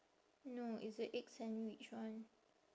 no it's the egg sandwich one